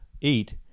eat